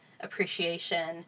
appreciation